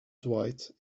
dwight